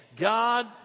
God